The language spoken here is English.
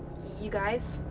you guys?